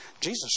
Jesus